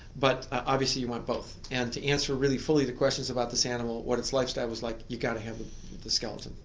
but obviously you want both, and to answer really fully the questions about this animal, what its lifestyle was like, you've got to have the skeleton.